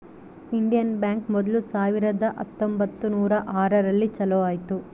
Indian bank ಮೊದ್ಲು ಸಾವಿರದ ಹತ್ತೊಂಬತ್ತುನೂರು ಆರು ರಲ್ಲಿ ಚಾಲೂ ಆಯ್ತು